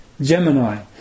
Gemini